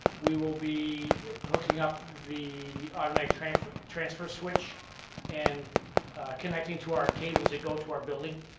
we will be hooking up the automatic transfer transfer switch and connecting to our cables that go to our building.